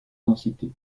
densité